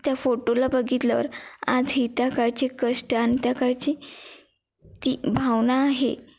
त्या फोटोला बघितल्यावर आजही त्या काळचे कष्ट आणि त्या काळची ती भावना आहे